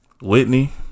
Whitney